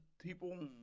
people